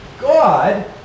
God